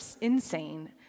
insane